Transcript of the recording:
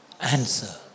answer